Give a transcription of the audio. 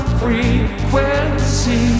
frequency